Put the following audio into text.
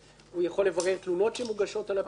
הוא יכול לברר תלונות שמוגשות על הפעילות.